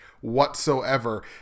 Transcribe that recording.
whatsoever